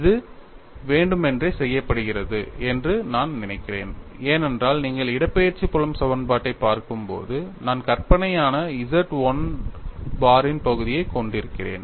இது வேண்டுமென்றே செய்யப்படுகிறது என்று நான் நினைக்கிறேன் ஏனென்றால் நீங்கள் இடப்பெயர்ச்சி புலம் சமன்பாட்டைப் பார்க்கும்போது நான் கற்பனையான Z1 பாரின் பகுதியைக் கொண்டிருக்கிறேன்